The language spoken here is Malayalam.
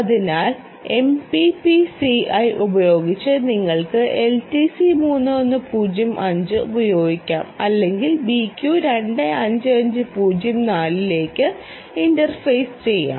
അതിനാൽ MPPCI ഉപയോഗിച്ച് നിങ്ങൾക്ക് LTC3105 ഉപയോഗിക്കാം അല്ലെങ്കിൽ BQ25504 ലേക്ക് ഇന്റർഫേസ് ചെയ്യാം